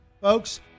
Folks